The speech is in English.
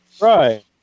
right